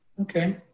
Okay